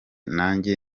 nanjye